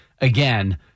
again